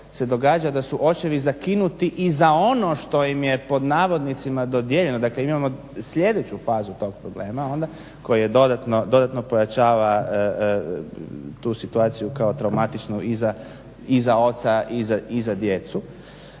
se događa da su očevi zakinuti i za ono što im je pod navodnicima dodijeljeno, dakle imamo sljedeću fazu tog problema onda koja dodatno pojačava tu situaciju kao traumatičnu i za oca i za djecu.